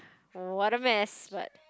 what a mess but